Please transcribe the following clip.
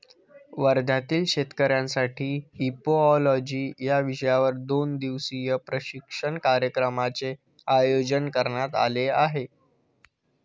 वर्ध्यातील शेतकऱ्यांसाठी इपिओलॉजी या विषयावर दोन दिवसीय प्रशिक्षण कार्यक्रमाचे आयोजन करण्यात आले आहे